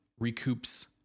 recoups